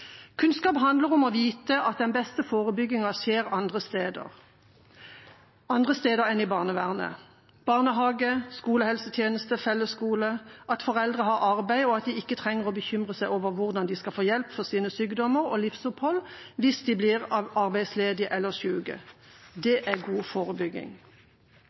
Kunnskap handler om å vite at den beste forebyggingen skjer andre steder enn i barnevernet – barnehage, skolehelsetjeneste, fellesskole, at foreldre har arbeid, og at de ikke trenger å bekymre seg over hvordan de skal få hjelp for sine sykdommer og til livsopphold hvis de blir arbeidsledige eller syke. Det er god forebygging.